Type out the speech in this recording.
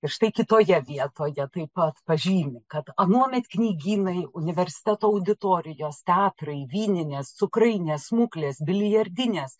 ir štai kitoje vietoje taip pat pažymi kad anuomet knygynai universiteto auditorijos teatrai vyninės cukrainės smuklės biliardinės